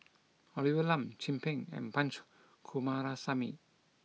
Olivia Lum Chin Peng and Punch Coomaraswamy